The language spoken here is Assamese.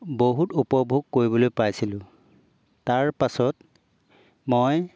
বহুত উপভোগ কৰিবলৈ পাইছিলোঁ তাৰপাছত মই